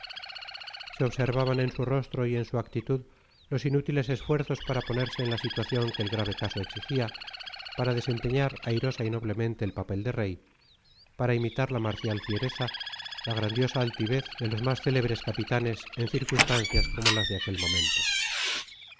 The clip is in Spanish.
se observaban en su rostro y en su actitud los inútiles esfuerzos para ponerse en la situación que el grave caso exigía para desempeñar airosa y noblemente el papel de rey para imitar la marcial fiereza la grandiosa altivez de los más célebres capitanes en circunstancias como las de aquel momento